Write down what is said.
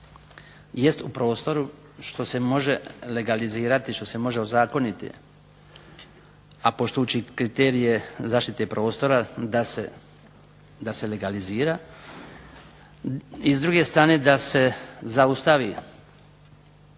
jest u prostoru što se može legalizirati, ozakoniti a poštujući kriterije zaštite prostora da se legalizira i s druge strane da se zaustavi